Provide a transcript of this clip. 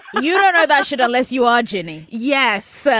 you don't know that shit unless you are jenny. yes, so